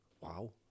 Wow